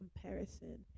comparison